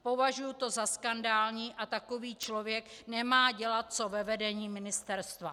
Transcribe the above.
Považuju to za skandální, takový člověk nemá co dělat ve vedení ministerstva.